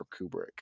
Kubrick